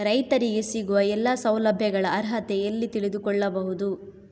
ರೈತರಿಗೆ ಸಿಗುವ ಎಲ್ಲಾ ಸೌಲಭ್ಯಗಳ ಅರ್ಹತೆ ಎಲ್ಲಿ ತಿಳಿದುಕೊಳ್ಳಬಹುದು?